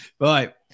right